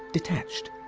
detached,